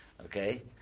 Okay